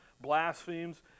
blasphemes